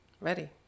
ready